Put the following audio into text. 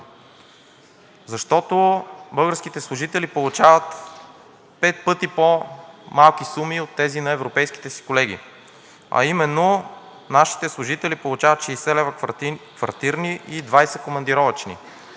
Защото българските служители получават пет пъти по-малки суми от тези на европейските си колеги. Нашите служители получават 60 лв. квартирни и 20 лв. командировъчни,